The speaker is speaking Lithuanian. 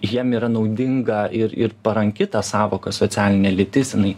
jiem yra naudinga ir ir paranki ta sąvoka socialinė lytis jinai